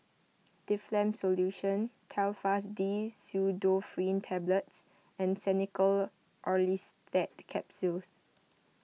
Difflam Solution Telfast D Pseudoephrine Tablets and Xenical Orlistat Capsules